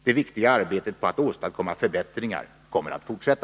Det viktiga arbetet på att åstadkomma förbättringar kommer att fortsätta.